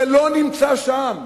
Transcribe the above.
זה לא נמצא שם.